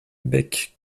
bec